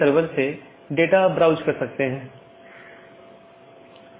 वास्तव में हमने इस बात पर थोड़ी चर्चा की कि विभिन्न प्रकार के BGP प्रारूप क्या हैं और यह अपडेट क्या है